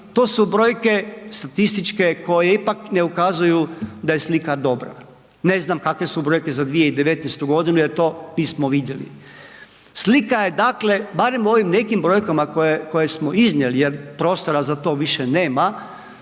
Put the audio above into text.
to su brojke statističke koje ipak ne ukazuju da je slika dobra, ne znam kakve su brojke za 2019.g. jer to nismo vidjeli. Slika je, dakle barem u ovim nekim brojkama koje smo iznijeli jer prostora za to više nema